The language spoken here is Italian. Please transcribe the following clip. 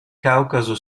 caucaso